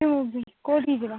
କେଉଁଠିକି ଯିବା